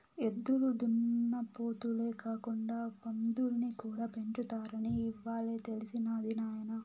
ఎద్దులు దున్నపోతులే కాకుండా పందుల్ని కూడా పెంచుతారని ఇవ్వాలే తెలిసినది నాయన